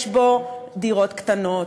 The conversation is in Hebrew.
יש בו דירות קטנות,